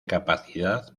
capacidad